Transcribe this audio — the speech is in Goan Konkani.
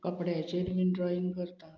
कपड्याचेर बी ड्रॉईंग करता